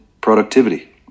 productivity